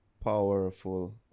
Powerful